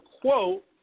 quote